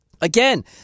Again